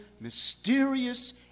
mysterious